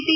T